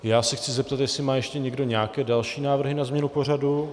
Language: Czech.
Já se chci zeptat, jestli má ještě někdo další návrhy na změnu pořadu.